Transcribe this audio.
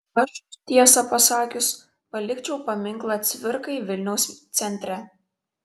aš tiesą pasakius palikčiau paminklą cvirkai vilniaus centre